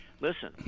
listen